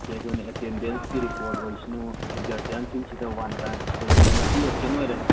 ꯁꯦ ꯑꯩꯈꯣꯏꯅ ꯑꯦꯇꯦꯟꯗꯦꯟꯁꯀꯤ ꯔꯤꯄꯣꯔꯠ ꯑꯣꯏꯁꯅꯨ ꯑꯩꯈꯣꯏꯒꯤ ꯒꯥꯔꯖꯤꯌꯥꯟꯁꯤꯡ ꯌꯥꯟ ꯇꯥꯏꯝ ꯀꯩꯒꯨꯝꯕ ꯉꯁꯤ ꯑꯦꯕꯁꯦꯟ ꯑꯣꯏꯔꯦ